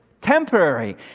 temporary